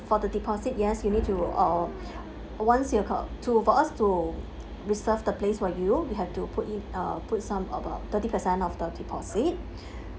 for the deposit yes you need to uh once you have got to for us to reserve the place for you you have to put in uh put some about thirty percent of the deposit